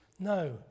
No